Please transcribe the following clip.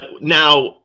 now